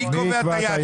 מי קובע את היעד?